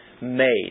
made